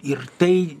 ir tai